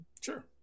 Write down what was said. Sure